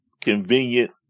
convenient